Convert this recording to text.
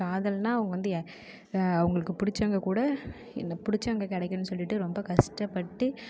காதல்ன்னா அவங்க வந்து அவங்களுக்கு பிடிச்சவங்க கூட என்ன பிடிச்சவங்க கிடைக்கணும் சொல்லிவிட்டு ரொம்ப கஷ்டபட்டு